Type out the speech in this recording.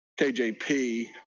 KJP